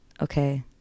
okay